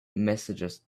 messages